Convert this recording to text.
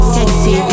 Sexy